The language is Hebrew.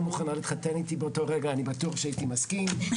מוכנה להתחתן איתי באותו רגע אני בטוח שהייתי מסכים,